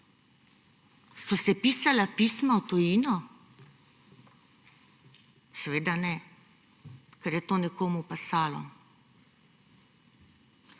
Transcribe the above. So se pisala pisma v tujino? Seveda ne, ker je to nekomu pasalo.